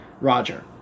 Roger